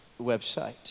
website